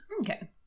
Okay